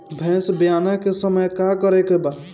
भैंस ब्यान के समय का करेके बा?